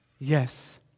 Yes